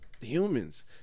humans